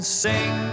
sing